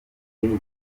iteye